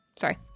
Sorry